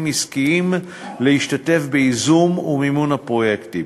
עסקיים להשתתף בייזום ומימון של הפרויקטים.